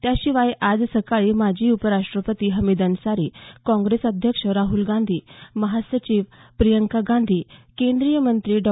त्याशिवाय आज सकाळी माजी उपराष्ट्रपती हमीद अन्सारी कांग्रेस अध्यक्ष राहुल गांधी महासचिव प्रियंका गांधी केंद्रीय मंत्री डॉ